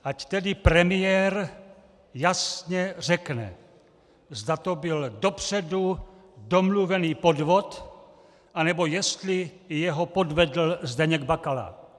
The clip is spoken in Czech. Ať tedy premiér jasně řekne, zda to byl dopředu domluvený podvod, anebo jestli i jeho podvedl Zdeněk Bakala.